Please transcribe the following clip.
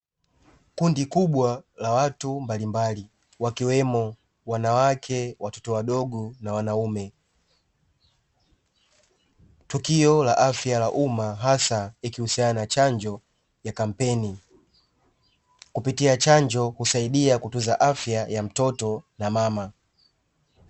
Kundi kubwa la watu mbalimbali wakiwemo wanawake, watoto wadogo na wanaume. Tukio la afya la umma hasa likihusiana na chanjo ya kampeni; kupitia chanjo husaidia kutunza afya ya mtoto na mama.